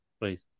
please